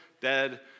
dead